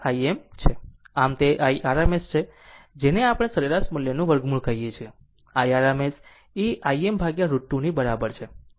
આમ તે i RMS છે જેને આપણે સરેરાશ મૂલ્યનું વર્ગમૂળ કહીએ છીએ i RMS એ Im √2 ની બરાબર છે